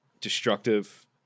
destructive